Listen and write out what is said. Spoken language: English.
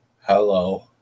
Hello